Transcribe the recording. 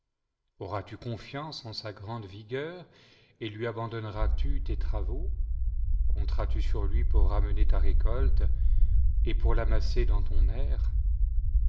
auras-tu confiance en sa grande vigueur et lui abandonneras-tu tes travaux compter sur lui pour ramener ta récolte et pour l'amasser dans ton